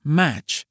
match